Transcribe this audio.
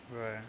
right